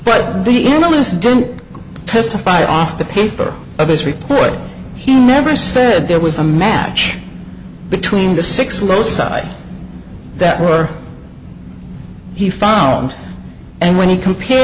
but the analysts do testify off the paper of his report he never said there was a match between the six lowside that were he found and when he compare